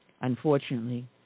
Unfortunately